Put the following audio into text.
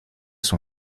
son